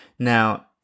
Now